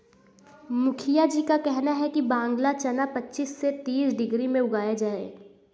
मुखिया जी का कहना है कि बांग्ला चना पच्चीस से तीस डिग्री में उगाया जाए